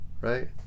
right